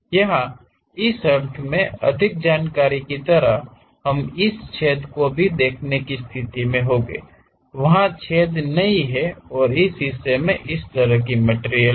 यहाँ इस अर्थ में अधिक जानकारी की तरह हम इसछेद को देखने की स्थिति में होंगे वहा छेद नहीं है और इस हिस्से में इस तरह की मटिरियल है